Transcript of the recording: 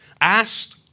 asked